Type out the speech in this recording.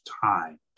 time